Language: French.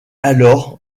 alors